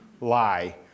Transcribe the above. lie